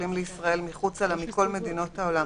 חולים לישראל מחוצה לה מכל מדינות העולם,